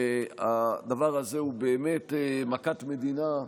שהדבר הזה הוא באמת מכת מדינה.